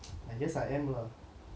I guess I am lah